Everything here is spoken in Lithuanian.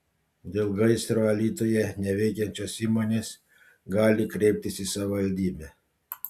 dėl gaisro alytuje neveikiančios įmonės gali kreiptis į savivaldybę